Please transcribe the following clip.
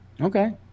Okay